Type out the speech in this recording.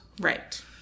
Right